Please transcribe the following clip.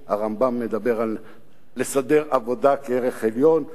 הרמב"ם מדבר על לסדר עבודה כערך עליון,